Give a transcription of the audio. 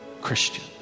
Christian